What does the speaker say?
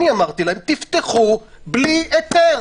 אמרתי להם: תפתחו בלי היתר.